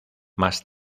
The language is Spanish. más